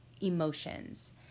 emotions